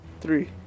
Three